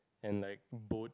and like boat